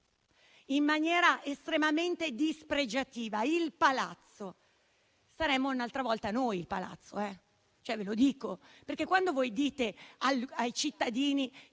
in maniera estremamente dispregiativa, il Palazzo. Saremmo un'altra volta noi il Palazzo. Ve lo dico perché, quando voi dite ai cittadini